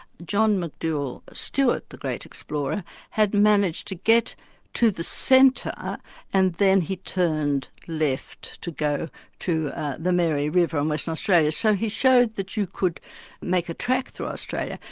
john mcdowell stuart the great explorer had managed to get to the centre and then he turned left to go to the mary river in um western australia. so he showed that you could make a track through australia.